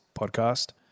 podcast